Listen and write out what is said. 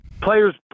Players